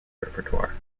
repertoire